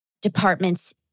departments